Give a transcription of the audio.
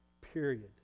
period